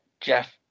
Jeff